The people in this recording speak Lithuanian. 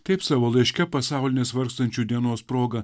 taip savo laiške pasaulinės vargstančiųjų dienos proga